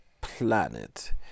planet